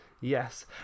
Yes